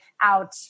out